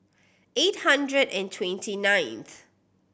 eight hundred and twenty ninth